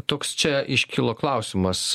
toks čia iškilo klausimas